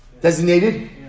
Designated